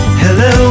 hello